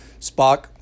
Spock